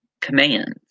commands